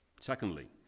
Secondly